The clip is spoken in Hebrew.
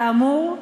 כאמור,